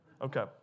Okay